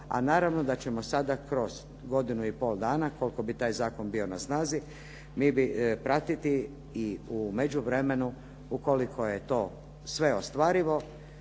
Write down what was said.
a naravno da ćemo sada kroz godinu i pol dana koliko bi taj zakon bio na snazi pratiti i u međuvremenu ukoliko je to sve ostvarivo